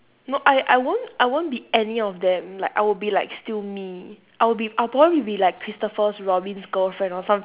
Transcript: no I I won't I won't be any of them like I will be like still me I'll be I'll probably be like christopher-robin's girlfriend or some